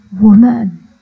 woman